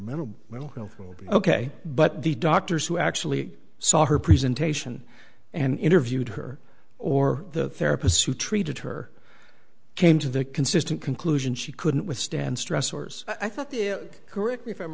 mental well health would be ok but the doctors who actually saw her presentation and interviewed her or the therapists who treated her came to the consistent conclusion she couldn't withstand stress or so i thought there correct me if i'm